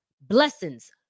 Blessings